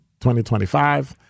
2025